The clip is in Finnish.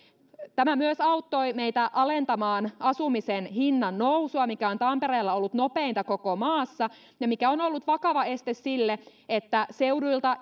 tämä myös auttoi meitä alentamaan asumisen hinnan nousua mikä on tampereella ollut nopeinta koko maassa ja mikä on ollut vakava este sille että seuduilta